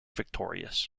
victorious